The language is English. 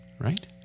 right